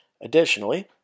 Additionally